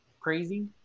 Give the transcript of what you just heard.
crazy